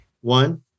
One